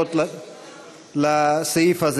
הסתייגויות לסעיף הזה.